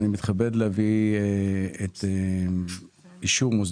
אני מתכבד להביא לאישור ועדת הכספים